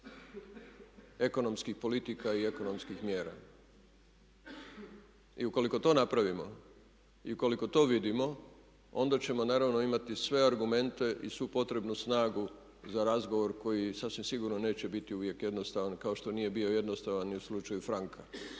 ekonomskih politika i ekonomskih mjera. I ukoliko to napravimo i ukoliko to vidimo onda ćemo naravno imati sve argumente i svu potrebnu snagu za razgovor koji sasvim sigurno neće biti uvijek jednostavan kao što nije bio jednostavan i u slučaju franka